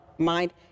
mind